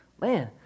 Man